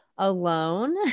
alone